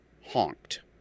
honked